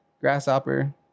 grasshopper